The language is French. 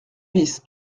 bis